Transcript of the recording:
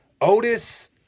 Otis